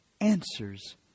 answers